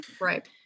Right